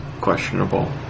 questionable